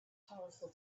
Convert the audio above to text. powerful